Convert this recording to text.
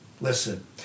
Listen